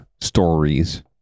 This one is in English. stories